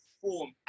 form